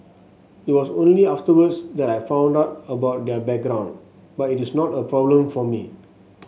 it was only afterwards that I found out about their background but it is not a problem for me